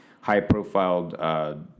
high-profiled